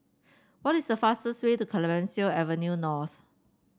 what is the fastest way to Clemenceau Avenue North